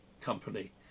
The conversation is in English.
company